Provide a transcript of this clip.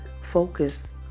focus